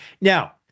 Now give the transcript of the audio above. Now